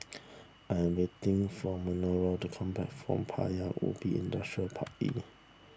I am waiting for Manerva to come back from Paya Ubi Industrial Park E